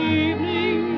evening